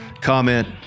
comment